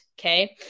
okay